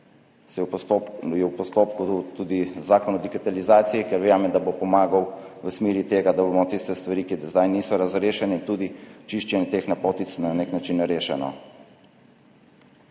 je v postopku tudi zakon o digitalizaciji, ki verjamem, da bo pomagal v smeri tega, da bomo tiste stvari, ki do zdaj niso razrešene, tudi čiščenje teh napotnic, na nek način rešili.